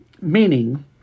meaning